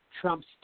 Trump's